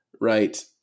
Right